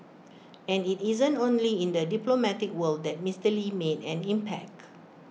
and IT isn't only in the diplomatic world that Mister lee made an impact